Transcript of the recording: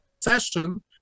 session